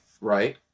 right